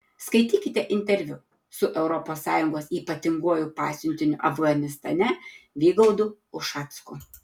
skaitykite interviu su europos sąjungos ypatinguoju pasiuntiniu afganistane vygaudu ušacku